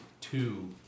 two